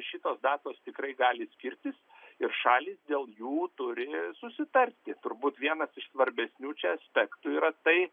šitos datos tikrai gali skirtis ir šalys dėl jų turi susitarti turbūt vienas iš svarbesnių čia aspektų yra tai